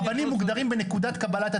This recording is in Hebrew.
הוא מדבר על הדיון הפנימי, אני לא יודע.